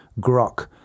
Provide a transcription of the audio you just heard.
grok